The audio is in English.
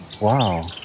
Wow